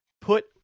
put